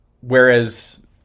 whereas